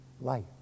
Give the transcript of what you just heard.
Life